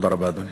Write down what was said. תודה רבה, אדוני.